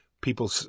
People